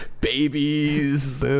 Babies